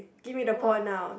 gimme the point now